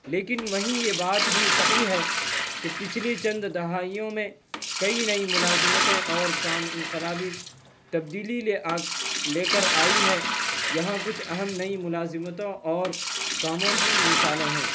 لیکن وہیں یہ بات بھی صحیح ہے کہ پچھلی چند دہائیوں میں کئی نئی ملازمتیں اور کام انقلابی تبدیلی لے لے کر آئی ہے یہاں کچھ اہم نئی ملازمتوں اور کاموں کی مثالیں ہیں